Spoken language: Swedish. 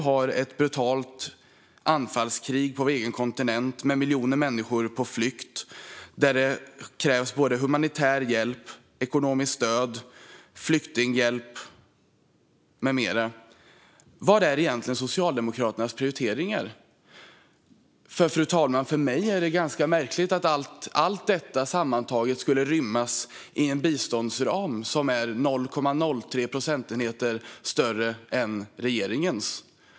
Med ett brutalt anfallskrig på vår egen kontinent och miljoner människor på flykt, där det krävs humanitär hjälp, ekonomiskt stöd, flyktinghjälp med mera, måste man ställa sig frågan vilka Socialdemokraternas prioriteringar egentligen är. Fru talman! För mig är det ganska märkligt att allt detta sammantaget skulle rymmas inom en biståndsram som är 0,3 procentenheter större än regeringens.